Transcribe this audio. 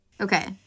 Okay